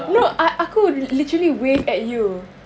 no a~ aku literally waved at you